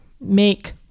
make